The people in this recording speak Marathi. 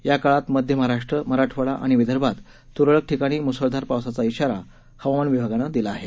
या काळात मध्य महाराष्ट्र मराठवाडा आणि विदर्भात तुरळक ठिकाणी मुसळधार पावसाचा इशारा हवामान विभागानं दिला आहे